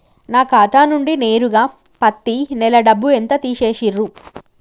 నా ఖాతా నుండి నేరుగా పత్తి నెల డబ్బు ఎంత తీసేశిర్రు?